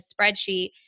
spreadsheet